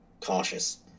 Cautious